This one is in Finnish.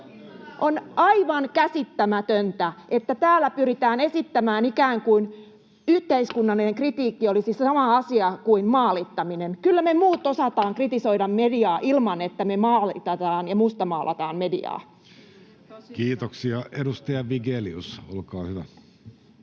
On aivan käsittämätöntä, että täällä pyritään esittämään, että yhteiskunnallinen kritiikki olisi ikään kuin sama asia kuin maalittaminen. Kyllä me muut osataan kritisoida mediaa ilman, että me maalitetaan ja mustamaalataan mediaa. [Speech 99] Speaker: Jussi Halla-aho